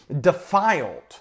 defiled